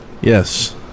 Yes